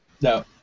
No